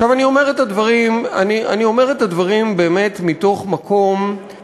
אני אומר את הדברים באמת מתוך מקום,